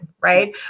Right